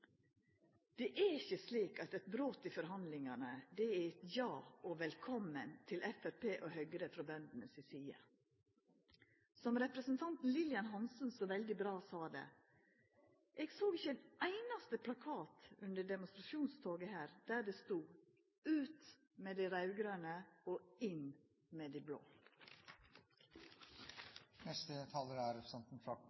Det er ikkje slik at eit brot i forhandlingane er eit ja og velkomen til Framstegspartiet og Høgre frå bøndene si side. Som representanten Lillian Hansen så veldig bra sa det: Eg såg ikkje ein einaste plakat under demonstrasjonstoget der det stod «Ut med dei raud-grøne, og inn med dei blå».